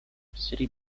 city